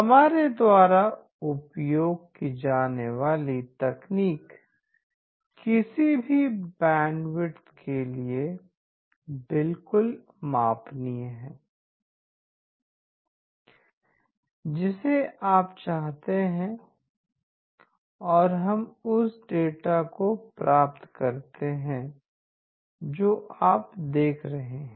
हमारे द्वारा उपयोग की जाने वाली तकनीक किसी भी बैंडविड्थ के लिए बिल्कुल मापनीय है जिसे आप चाहते हैं और उस डेटा दर को प्राप्त करते हैं जो आप देख रहे हैं